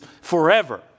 forever